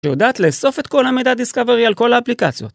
‫שיודעת לאסוף את כל המידע ‫דיסקאברי על כל האפליקציות.